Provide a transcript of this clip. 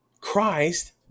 Christ